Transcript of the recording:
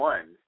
One